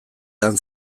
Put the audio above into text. lan